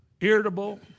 irritable